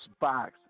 box